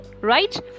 right